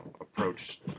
approach